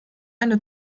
eine